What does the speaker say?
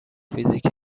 فیزیک